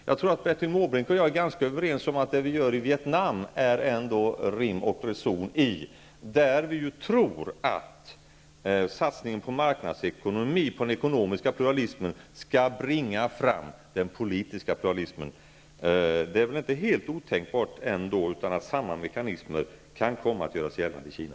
Jag tror att Bertil Måbrink och jag är ganska överens om att det vi gör i Vietnam ändå är rim och reson. Vi tror ju att satsningen på marknadsekonomi, på den ekonomiska pluralismen, där skall bringa fram den politiska pluralismen. Det är väl ändå inte helt otänkbart att samma mekanismer kan komma att göra sig gällande i Kina.